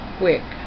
quick